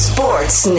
Sports